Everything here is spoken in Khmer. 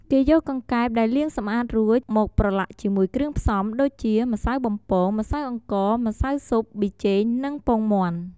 គេយកកង្កែបដែលលាងសម្អាតរួច មកប្រឡាក់ជាមួយគ្រឿងផ្សំដូចជា ម្សៅបំពង ម្សៅអង្ករ ម្សៅស៊ុប ប៊ីចេង និងពងមាន់។